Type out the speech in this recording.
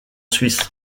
suisse